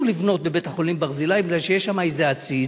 לבנות בבית-החולים "ברזילי" מפני שיש שם איזה עציץ,